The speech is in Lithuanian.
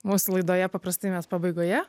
mūsų laidoje paprastai mes pabaigoje